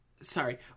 sorry